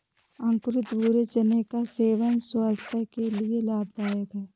अंकुरित भूरे चने का सेवन स्वास्थय के लिए लाभदायक है